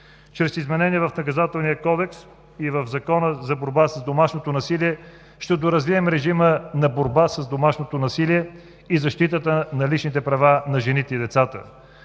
Чрез изменения в Наказателния кодекс и в Закона за борба с домашното насилие ще доразвием режима на борба с домашното насилие и защитата на личните права на жените и децата.